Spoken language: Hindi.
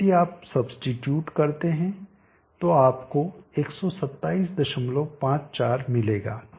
अब यदि आप सब्सीट्यूट करते हैं तो आपको 12754 मिलेगा